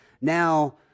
now